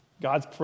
God's